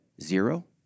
zero